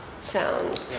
sound